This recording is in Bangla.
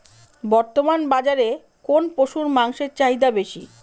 বর্তমান বাজারে কোন পশুর মাংসের চাহিদা বেশি?